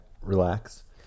relax